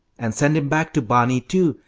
and send him back to barney, too,